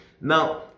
Now